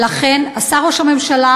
ולכן עשה טוב ראש הממשלה